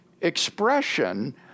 expression